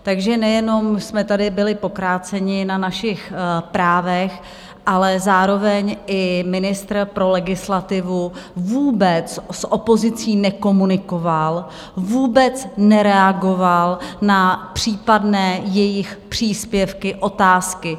Takže nejenom jsme tady byli pokráceni na našich právech, ale zároveň i ministr pro legislativu vůbec s opozicí nekomunikoval, vůbec nereagoval na případné jejich příspěvky, otázky.